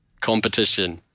competition